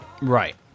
Right